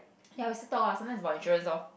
ya we still talk lah sometimes about insurance loh